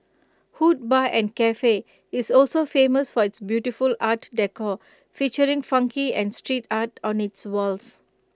hood bar and Cafe is also famous for its beautiful art decor featuring funky and street art on its walls